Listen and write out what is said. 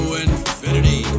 infinity